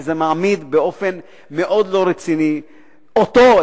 כי זה מעמיד באופן מאוד לא רציני אותו,